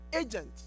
agent